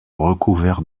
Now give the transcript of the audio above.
recouverts